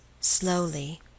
slowly